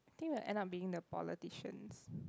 think we'll end up being the politicians